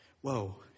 Whoa